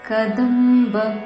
Kadamba